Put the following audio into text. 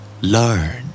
Learn